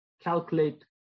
calculate